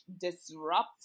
disrupt